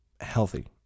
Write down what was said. healthy